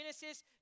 Genesis